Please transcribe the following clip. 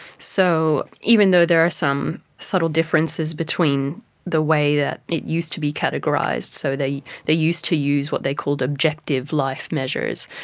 so even though there are some subtle differences between the way that it used to be categorised, so they they used to use what they called objective life measures,